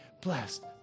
blessed